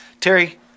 Terry